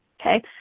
Okay